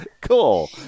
Cool